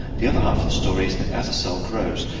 the other half of the story is that as a cell grows,